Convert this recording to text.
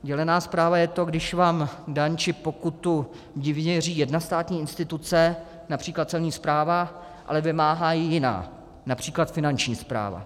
Dělená správa je to, když vám daň či pokutu vyměří jedna státní instituce, například Celní správa, ale vymáhá ji jiná, například Finanční správa.